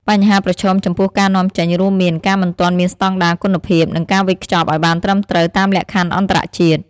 បញ្ហាប្រឈមចំពោះការនាំចេញរួមមាន ការមិនទាន់មានស្តង់ដារគុណភាព និងការវេចខ្ចប់ឲ្យបានត្រឹមត្រូវតាមលក្ខខណ្ឌអន្តរជាតិ។